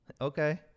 okay